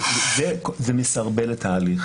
זה מסרבל את ההליך.